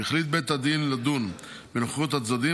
אם החליט בית הדין לדון בנוכחות הצדדים,